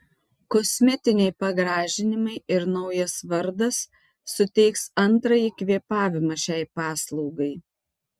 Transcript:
kosmetiniai pagražinimai ir naujas vardas suteiks antrąjį kvėpavimą šiai paslaugai